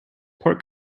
pork